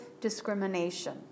discrimination